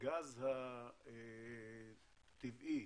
הגז הטבעי